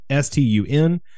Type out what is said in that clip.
stun